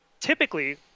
typically